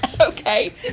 okay